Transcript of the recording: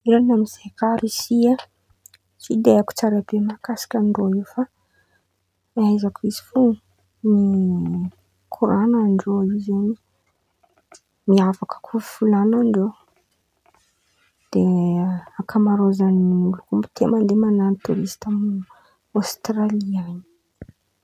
Miran̈a amizen̈y kà Riosy e tsy de aiko tsara be makasika ndreo fa ahaizako izy fo korandreo io zen̈y miavaka koa fivolan̈andreo, de ankamarôzan̈olo koa tia man̈ano torista Ôsatralia an̈y.